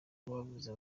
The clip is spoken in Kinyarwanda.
bavuze